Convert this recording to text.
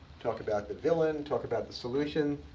talk about the villain, talk about the solution.